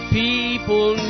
people